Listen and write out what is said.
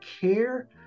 care